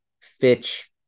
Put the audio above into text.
Fitch